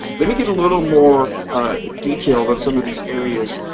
let me get a little more detailed on some of these areas,